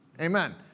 Amen